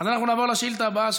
אנחנו נעבור לשאילתה הבאה,